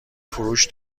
فروش